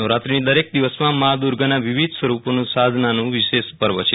નવરાત્રીની દરેક દિવસમાં માં દુર્ગાના વિવિધ સ્વરૂપોની સાધનાનું વિશેષ પર્વ છે